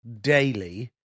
daily